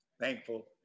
Thankful